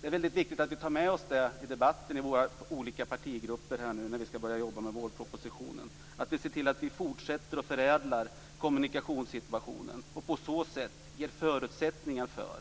Det är mycket viktigt att vi tar upp detta vid debatterna i våra olika partigrupper när vi skall påbörja arbetet med vårpropositionen, så att vi ser till att fortsätta att förädla kommunikationssituationen och på det sättet ger förutsättningar för